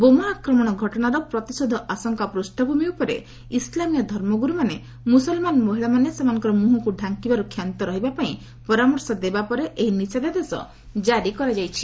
ବୋମା ଆକ୍ରମଣ ଘଟଣାର ପ୍ରତିଶୋଧ ଆଶଙ୍କାର ପୂଷଭୂମି ଉପରେ ଇସ୍ଲାମୀୟ ଧର୍ମଗୁରୁମାନେ ମୁସଲମାନ ମହିଳାମାନେ ସେମାନଙ୍କର ମୁହଁକୁ ଢାଙ୍କିବାରୁ କ୍ଷାନ୍ତ ରହିବା ପାଇଁ ପରାମର୍ଶ ଦେବା ପରେ ଏହି ନିଷେଧାଦେଶ ଜାରି କରାଯାଇଛି